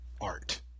art